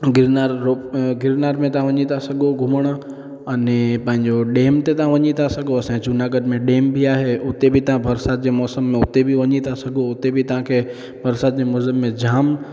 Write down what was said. गिरनार गिरनार में तव्हां वञी था सघो घुमणु अने पंहिंजे डेम ते तव्हां वञी था सघो जूनागढ़ में डेम बि आहे उते बि तव्हां बरसाति जे मौसम में उते बि वञी था सघो उते बि तव्हां खे बरसाति जे मौसम में जाम